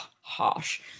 harsh